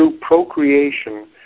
procreation